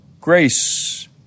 grace